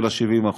אלא 70%,